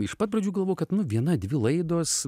iš pat pradžių galvojau kad viena dvi laidos